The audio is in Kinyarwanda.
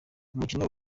umukino